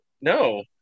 No